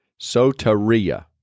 Soteria